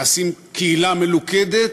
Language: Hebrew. נעשים קהילה מלוכדת,